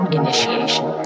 initiation